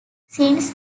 since